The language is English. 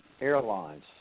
airlines